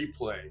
replay